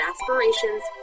aspirations